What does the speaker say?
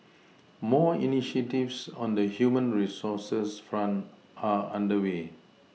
more initiatives on the human resources front are under way